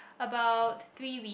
about three week